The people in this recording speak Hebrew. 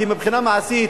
כי מבחינה מעשית